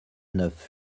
neuf